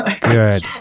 good